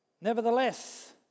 nevertheless